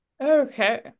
Okay